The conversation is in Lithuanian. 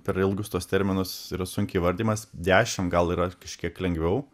per ilgus tuos terminus yra sunkiai įvardijamas dešimt gal yra kažkiek lengviau